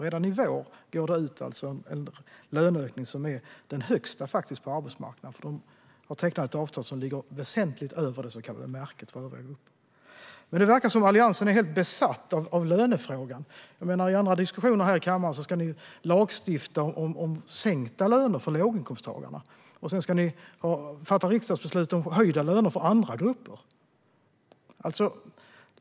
Redan i vår går det alltså ut en löneökning som är den högsta på arbetsmarknaden. Man har tecknat ett avtal som ligger väsentligt över det så kallade märket för övriga grupper. Det verkar som att ni i Alliansen är helt besatta av lönefrågan. I andra diskussioner här i kammaren vill ni lagstifta om sänkta löner för låginkomsttagarna, och sedan vill ni fatta riksdagsbeslut om höjda löner för andra grupper.